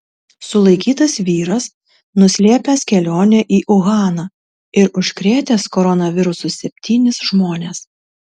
sulaikytas vyras nuslėpęs kelionę į uhaną ir užkrėtęs koronavirusu septynis žmones